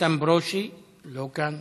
איתן ברושי, לא כאן,